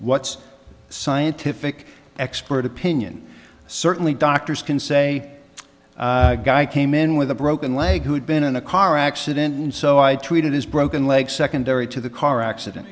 what's scientific expert opinion certainly doctors can say guy came in with a broken leg who had been in a car accident so i treated his broken leg secondary to the car accident